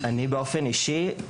אני באופן אישי,